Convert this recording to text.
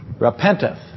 Repenteth